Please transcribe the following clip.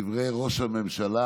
דברי ראש הממשלה.